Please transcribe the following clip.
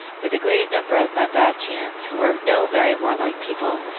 with a greater number of mabateans, who were no very warlike people.